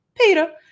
Peter